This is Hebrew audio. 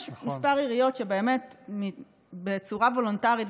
יש כמה עיריות שבאמת בצורה וולונטרית,